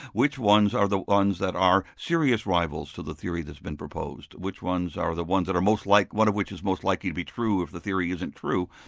which ones are the ones that are serious rivals to the theory that's been proposed, which ones are the ones are most like one of which is most likely to be true if the theory isn't true.